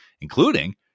including